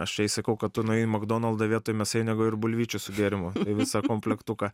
aš jai sakau kad tu nuėjai į makdonaldą vietoj mėsainio gavai ir bulvyčių su gėrimu visą komplektuką